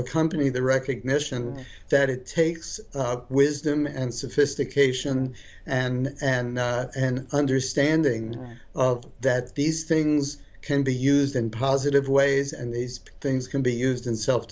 accompany the recognition that it takes wisdom and sophistication and an understanding of that these things can be used in positive ways and these things can be used in self